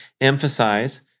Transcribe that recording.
emphasize